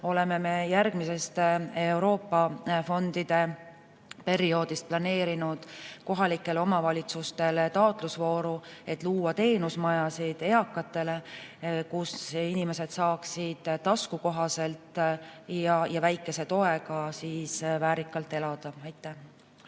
oleme me järgmisest Euroopa fondide perioodist planeerinud kohalikele omavalitsustele taotlusvooru, et luua eakatele teenusmajasid, kus nad saaksid taskukohaselt ja väikese toega väärikalt elada. Andrus